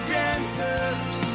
dancers